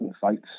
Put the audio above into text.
fights